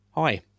Hi